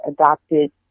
adopted